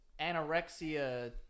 anorexia